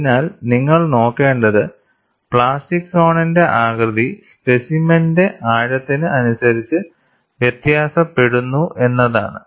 അതിനാൽ നിങ്ങൾ നോക്കേണ്ടത് പ്ലാസ്റ്റിക് സോണിന്റെ ആകൃതി സ്പെസിമെന്റെ ആഴത്തിനു അനുസരിച്ച് വ്യത്യാസപ്പെടുന്നു എന്നതാണ്